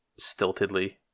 stiltedly